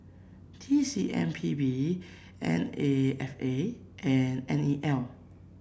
T C M P B N A F A and N E L